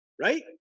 right